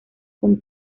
con